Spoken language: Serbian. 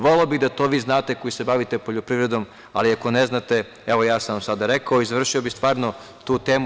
Voleo bih da to znate vi koji se bavite poljoprivredu, ali ako ne znate, evo, ja sam vam sada rekao i završio bih stvarno tu temu.